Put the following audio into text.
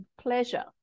pleasure